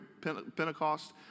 Pentecost